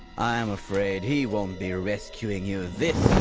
i'm afraid he won't be rescuing you this